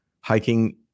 Hiking